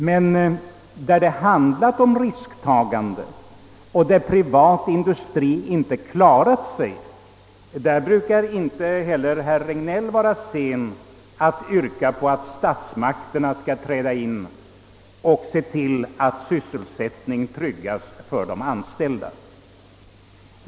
Men vad gäller risktagandet brukar herr Regnéll, när den privata industrien inte klarar sig, inte vara sen att yrka på att statsmakterna skall träda in och se till att sysselsättning tryggas för de anställda.